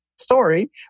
story